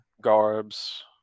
garbs